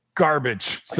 garbage